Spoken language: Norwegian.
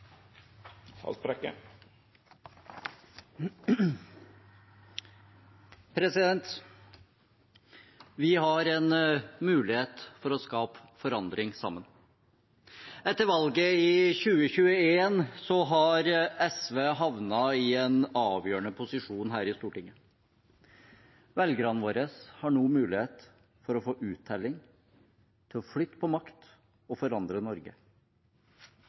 har en mulighet for å skape forandring sammen. Etter valget i 2021 har SV havnet i en avgjørende posisjon her i Stortinget. Velgerne våre har nå mulighet for å få uttelling, til å flytte på makt og forandre Norge.